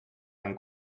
einen